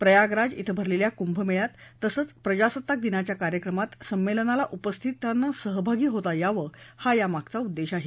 प्रयागराज श्वे भरलेल्या कुंभमेळ्यात तसंच प्रजासत्ताक दिनाच्या कार्यक्रमात संमेलनाला उपस्थितांना सहभागी होता यावं हा यामागचा उद्देश आहे